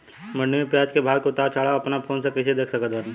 मंडी मे प्याज के भाव के उतार चढ़ाव अपना फोन से कइसे देख सकत बानी?